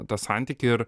tą santykį ir